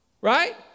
Right